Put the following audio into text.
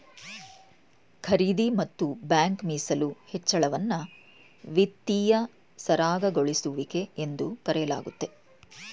ಖರೀದಿ ಮತ್ತು ಬ್ಯಾಂಕ್ ಮೀಸಲು ಹೆಚ್ಚಳವನ್ನ ವಿತ್ತೀಯ ಸರಾಗಗೊಳಿಸುವಿಕೆ ಎಂದು ಕರೆಯಲಾಗುತ್ತೆ